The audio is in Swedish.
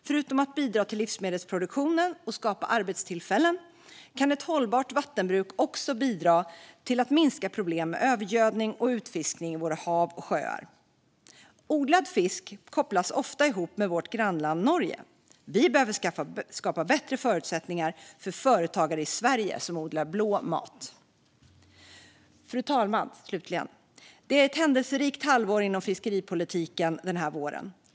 Förutom att bidra till livsmedelsproduktionen och skapa arbetstillfällen kan ett hållbart vattenbruk också bidra till att minska problem med övergödning och utfiskning i våra hav och sjöar. Odlad fisk kopplas ofta ihop med vårt grannland Norge, men vi behöver skapa bättre förutsättningar för företagare i Sverige som odlar blå mat. Fru talman! Det är ett händelserikt halvår för fiskeripolitiken.